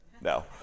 No